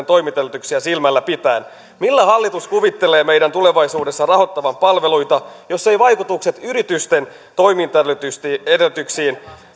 toimintaedellytyksiä silmällä pitäen millä hallitus kuvittelee meidän tulevaisuudessa rahoittavan palveluita jos vaikutukset yritysten toimintaedellytyksiin